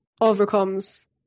overcomes